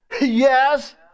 Yes